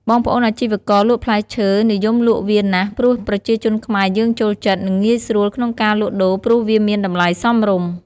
បងប្អូនអាជីវករលក់ផ្លែឈើនិយមលក់វាណាស់ ព្រោះប្រជាជនខ្មែរយើងចូលចិត្ត និងងាយស្រួលក្នុងការលក់ដូរព្រោះវាមានតម្លៃសមរម្យ។